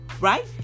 right